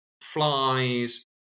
Flies